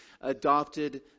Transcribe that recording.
adopted